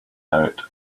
out